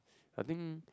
I think